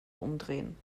umdrehen